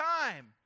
time